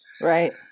Right